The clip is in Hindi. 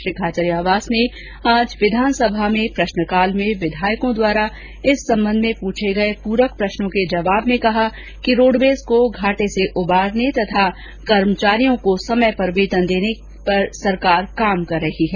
श्री खाचरियावास ने आज विधानसभा में प्रश्नकाल में विधायकों द्वारा इस संबंध में पूछे गए पूरक प्रश्नों के जवाब में ककहा कि रोडवेज को घाटे से उबारने तथा कर्मचारियों को समय पर वेतन देने के लिए सरकार काम कर रही है